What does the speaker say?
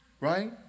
right